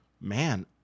man